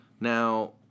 Now